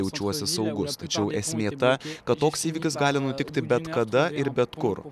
jaučiuosi saugus tačiau esmė ta kad toks įvykis gali nutikti bet kada ir bet kur